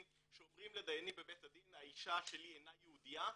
שאומרים לדיינים בבית הדין "האישה שלי אינה יהודייה"